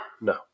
No